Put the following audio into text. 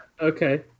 okay